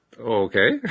Okay